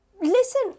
Listen